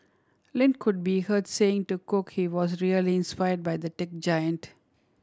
Lin could be heard saying to Cook he was really inspired by the tech giant